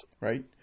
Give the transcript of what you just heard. Right